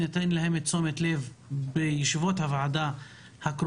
ניתן להם את תשומת הלב בישיבות הוועדה הקרובות.